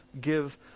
give